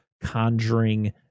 conjuring